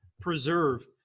preserve